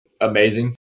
Amazing